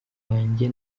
wanjye